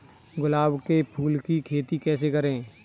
गुलाब के फूल की खेती कैसे करें?